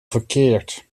verkeerd